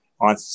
on